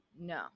No